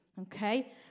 okay